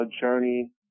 journey